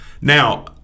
Now